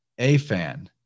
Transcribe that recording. afan